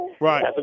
Right